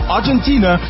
Argentina